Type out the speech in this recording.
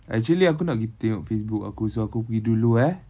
actually aku nak pergi tengok facebook aku so aku pergi dulu eh